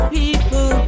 people